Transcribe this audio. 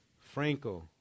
Franco